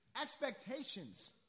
expectations